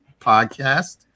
podcast